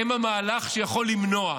זה המהלך שיכול למנוע.